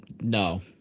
No